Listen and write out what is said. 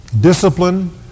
discipline